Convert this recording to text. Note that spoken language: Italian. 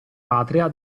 patria